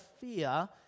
fear